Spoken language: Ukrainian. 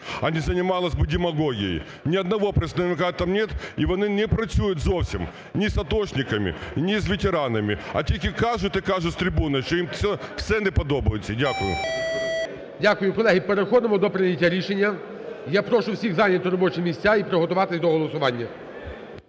а не займались би демагогією. Ні одного представника там нет, і вони не працюють зовсім ні з атошниками, ні з ветеранами, а тільки кажуть і кажуть з трибуни, що їм все не подобається. Дякую. ГОЛОВУЮЧИЙ. Дякую. Колеги, переходимо до прийняття рішення. Я прошу всіх зайняти робочі місця і приготуватись до голосування.